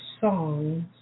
songs